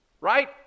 right